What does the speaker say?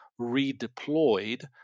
redeployed